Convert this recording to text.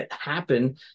happen